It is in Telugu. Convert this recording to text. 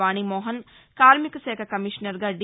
వాణీమోహన్ కార్మిక శాఖ కమీషనర్గా డి